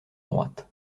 droite